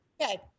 Okay